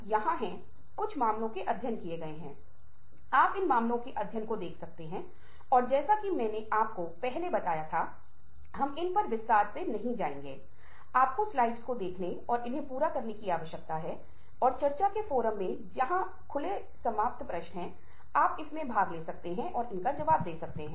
तो मूल रूप से पहले 2 अंक एक तरह से अंतिम अंक पर अभिव्यक्त होते हैं जो धैर्य समझ विकसित कर रहा है क्योंकि जब आप ये सब कर रहे हैं तो आप धैर्य विकसित नहीं कर रहे हैं आप अंतर्दृष्टि विकसित कर रहे हैं आप समझ विकसित कर रहे हैं और ये बहुत महत्वपूर्ण बन जाते हैं जब आप सुनते हैं